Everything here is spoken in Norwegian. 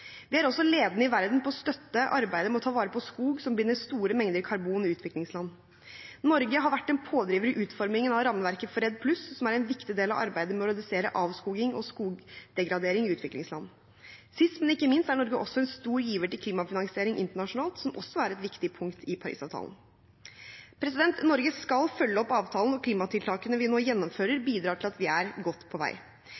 Vi er også ledende i verden på å støtte arbeidet med å ta vare på skog som binder store mengder karbon i utviklingsland. Norge har vært en pådriver i utformingen av rammeverket for REDD+, som er en viktig del av arbeidet med å redusere avskoging og skogdegradering i utviklingsland. Sist, men ikke minst, er Norge også en stor giver til klimafinansiering internasjonalt, som også er et viktig punkt i Paris-avtalen. Norge skal følge opp avtalen, og klimatiltakene vi nå gjennomfører,